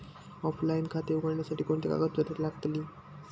Offline खाते उघडण्यासाठी कोणती कागदपत्रे लागतील?